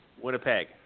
Winnipeg